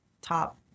top